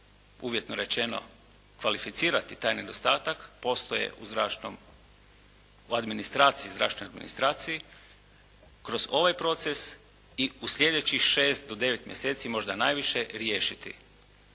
uvjetno rečeno, kvalificirati taj nedostatak postoje u zračnom, u administraciji, u zračnoj administraciji kroz ovaj proces i u sljedećih šest do devet mjeseci možda najviše riješiti.